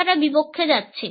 কথাটা বিপক্ষে যাচ্ছে